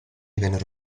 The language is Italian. vennero